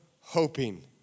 hoping